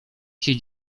się